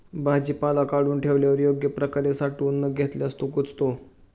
भाजीपाला काढून ठेवल्यावर योग्य प्रकारे साठवून न घेतल्यास तो कुजतो